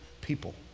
people